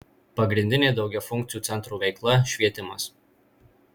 pagrindinė daugiafunkcių centrų veikla švietimas